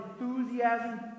enthusiasm